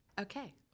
Okay